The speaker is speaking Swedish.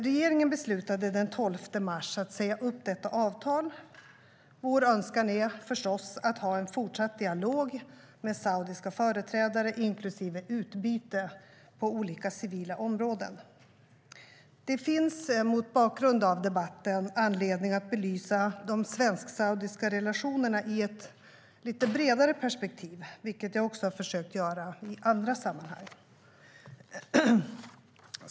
Regeringen beslutade den 12 mars att säga upp detta avtal. Vår önskan är förstås att ha en fortsatt dialog med saudiska företrädare, inklusive utbyte på olika civila områden. Det finns mot bakgrund av debatten anledning att belysa de svensk-saudiska relationerna i ett bredare perspektiv, vilket jag försökt göra i andra sammanhang.